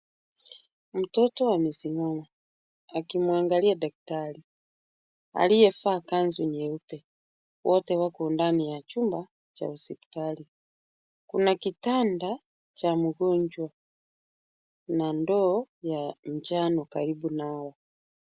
Mtoto amesimama, akimwangalia daktari aliyevaa kanzu nyeupe wote wako ndani ya chumba cha hospitali. Kuna kitanda cha mgonjwa na ndoo ya njano karibu nao.